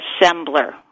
assembler